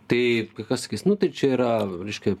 tai ką sakys nu tai čia yra reiškia